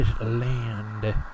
land